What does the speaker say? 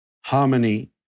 harmony